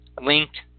linked